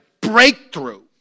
breakthrough